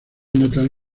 natal